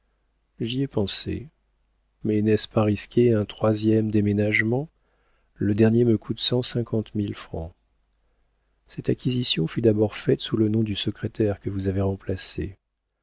j'y ai pensé mais n'est-ce pas risquer un troisième déménagement le dernier me coûte cent cinquante mille francs cette acquisition fut d'abord faite sous le nom du secrétaire que vous avez remplacé